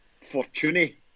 Fortuny